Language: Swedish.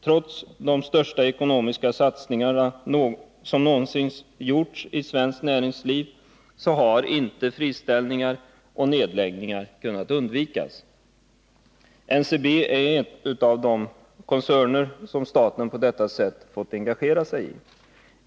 Trots de största ekonomiska satsningar som någonsin gjorts i svenskt näringsliv har inte friställningar och nedläggningar kunnat undvikas. NCB är en av de koncerner som staten på detta sätt fått engagera sig i.